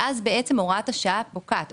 אז הוראת השעה פוקעת.